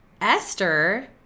Esther